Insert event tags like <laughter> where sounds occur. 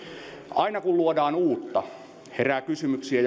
aina kun luodaan uutta herää kysymyksiä <unintelligible>